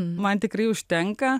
man tikrai užtenka